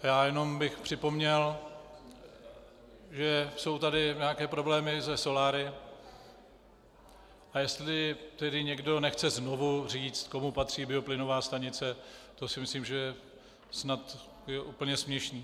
Já jenom bych připomněl, že jsou tady nějaké problémy se soláry, a jestli tedy někdo nechce znovu říct, komu patří bioplynová stanice, to si myslím, že snad je úplně směšné.